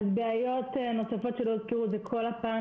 בעיות נוספות שלא הוזכרו זה כל הפן